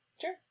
Sure